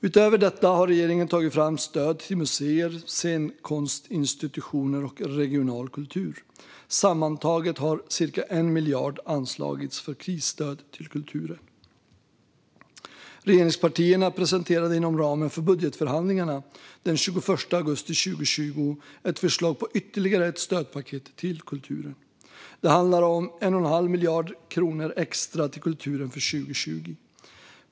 Utöver detta har regeringen tagit fram stöd till museer, scenkonstinstitutioner och regional kultur. Sammantaget har ca 1 miljard anslagits för krisstöd till kulturen. Regeringspartierna presenterade inom ramen för budgetförhandlingarna den 21 augusti 2020 ett förslag på ytterligare ett stödpaket till kulturen. Det handlar om 1,5 miljarder kronor extra till kulturen för 2020.